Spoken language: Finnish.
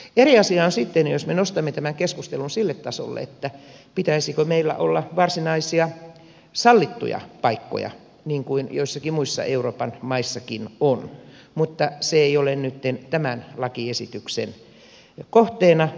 eri asia on sitten jos me nostamme tämän keskustelun sille tasolle että pitäisikö meillä olla varsinaisia sallittuja paikkoja niin kuin joissakin muissa euroopan maissa on mutta se ei ole nytten tämän lakiesityksen kohteena